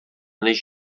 než